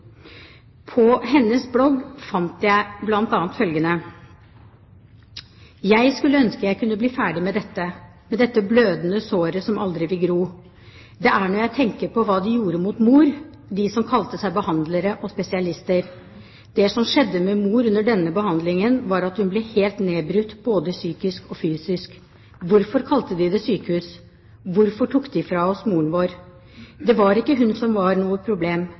På hennes blogg fant jeg bl.a. følgende: «Jeg skulle ønske at jeg kunne bli ferdig med dette, med dette «blødende såret» som aldri vil gro. Det er når jeg tenker på hva de gjorde mot mor, de som kalte seg behandlere og spesialister. Det som skjedde med mor under denne behandlingen, var at hun ble helt nedbrudt både psykisk og fysisk. Hvorfor kalte de det sykehus? Hvorfor tok de fra oss moren vår ? Det var ikke hun som var noe problem,